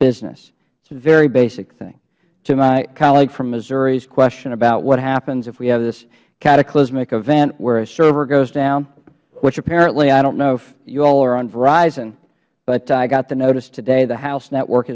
business very basic thing to my colleague from missouris question about what happens if we have this cataclysmic event where a server goes down which apparently i dont know if you all are on verizon but i got the notice today the house network